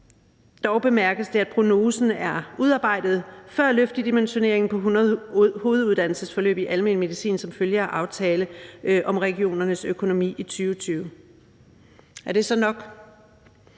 Dog bemærkes det, at prognosen er udarbejdet før løftet i dimensioneringen på hoveduddannelsesforløb i almen medicin som følge af aftalen om regionernes økonomi i 2020. Er det så nok?